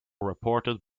reported